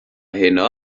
heno